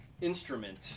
instrument